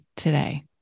today